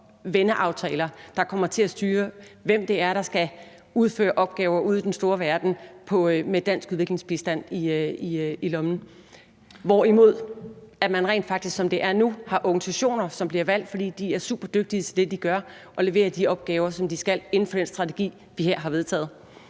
venneaftaler, der kommer til at styre, hvem det er, der skal udføre opgaver ude i den store verden med dansk udviklingsbistand i lommen, hvorimod man rent faktisk, som det er nu, har organisationer, som bliver valgt, fordi de er superdygtige til det, de gør, og leverer de opgaver, som de skal, inden for den strategi, vi her har vedtaget?